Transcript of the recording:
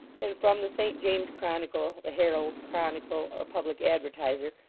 and from the st james's chronicle, the herald, chronicle, or public advertiser,